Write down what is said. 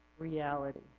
reality